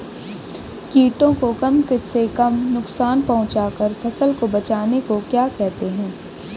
कीटों को कम से कम नुकसान पहुंचा कर फसल को बचाने को क्या कहते हैं?